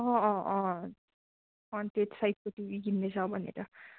अँ अँ अँ साइजको टिभी किन्दै छ भनेर